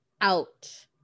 out